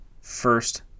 first